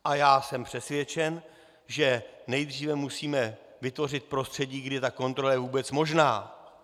A já jsem přesvědčen, že nejdříve musíme vytvořit prostředí, kdy kontrola je vůbec možná.